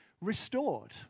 restored